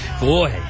Boy